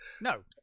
no